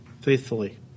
faithfully